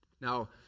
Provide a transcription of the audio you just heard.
Now